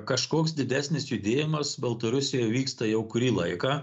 kažkoks didesnis judėjimas baltarusijoj vyksta jau kurį laiką